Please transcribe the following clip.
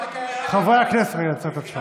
חברי הכנסת, הדלק היה יותר.